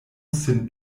sin